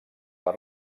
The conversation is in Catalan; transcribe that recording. per